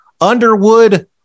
Underwood